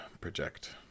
project